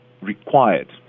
required